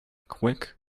quick